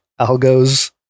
algos